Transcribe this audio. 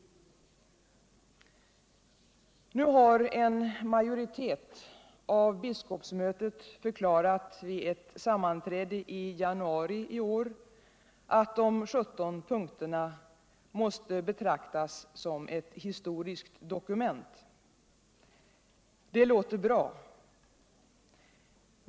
Nu har en majoritet av biskopsmötet förklarat vid ett sammanträde: i januari i år att de 17 punkterna måste betraktas som ett historiskt dokument. Det låter bra.